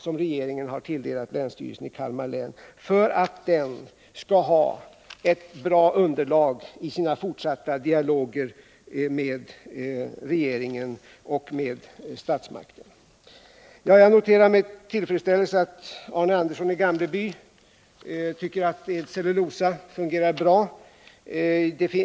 som regeringen har tilldelat länsstyrelsen i Kalmar län för att den skall ha ett bra underlag i sina fortsatta dialoger med regeringen och med statsmakten. Jag noterar med tillfredsställelse att Arne Andersson i Gamleby tycker att Eds Cellulosafabrik fungerar bra.